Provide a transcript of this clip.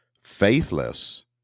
Faithless